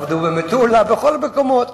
עבדו במטולה, בכל המקומות,